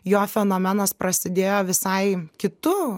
jo fenomenas prasidėjo visai kitu